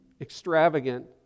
extravagant